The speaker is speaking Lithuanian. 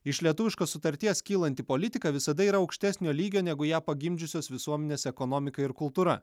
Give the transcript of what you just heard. iš lietuviškos sutarties kylanti politika visada yra aukštesnio lygio negu ją pagimdžiusios visuomenės ekonomika ir kultūra